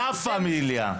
לה פמילייה.